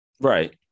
Right